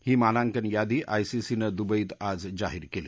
ही मानांकन यादी आयसीसीनं दुबईत आज जाहीर केली